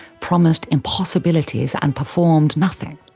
promised impossibilities, and performed nothing.